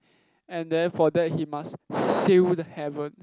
and then for that he must seal the heaven